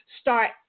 Start